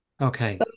okay